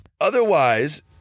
Otherwise